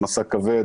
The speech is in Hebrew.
משא כבד,